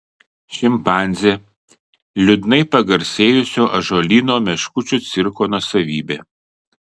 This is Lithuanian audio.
šimpanzė liūdnai pagarsėjusio ąžuolyno meškučių cirko nuosavybė